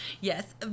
Yes